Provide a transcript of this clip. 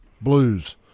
blues